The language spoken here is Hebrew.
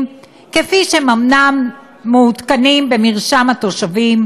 כפי שהן אומנם מעודכנות במרשם התושבים,